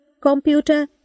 Computer